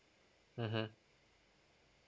mmhmm